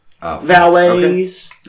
valets